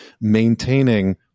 maintaining